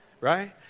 right